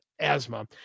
asthma